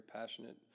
passionate